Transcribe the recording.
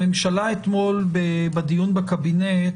הממשלה אתמול בדיון בקבינט,